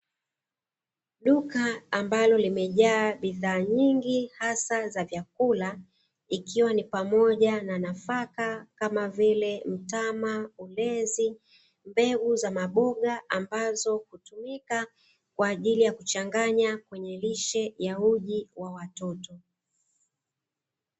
Duka ambalo limejaa bidhaa nyingi hasa za vyakula ikiwa ni pamoja na nafaka kama vile mtama, ulezi, mbegu za maboga ambazo hutumika kwa ajili ya kuchanganya kwenye lishe ya uji wa watoto.